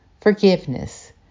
forgiveness